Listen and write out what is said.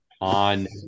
on